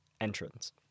Entrance